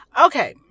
Okay